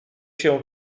się